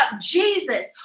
Jesus